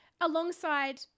alongside